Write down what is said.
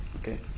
Okay